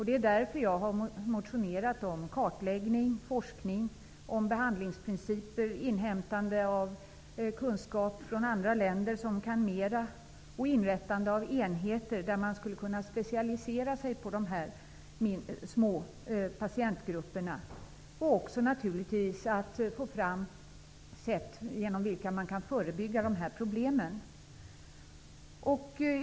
Det är därför jag har motionerat om kartläggning, forskning om behandlingsprinciper, inhämtande av kunskap från andra länder där man kan mer och inrättande av enheter där man skulle kunna specialisera sig på dessa små patientgrupper och få fram sätt att förebygga problemen.